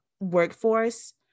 workforce